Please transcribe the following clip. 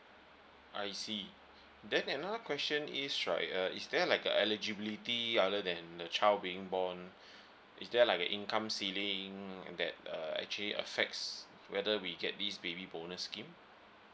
I see then another question is right uh is there like a eligibility other than the child being born is there like a income ceiling that uh actually affects whether we get this baby bonus scheme